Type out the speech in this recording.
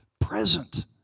present